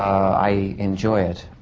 i enjoy it.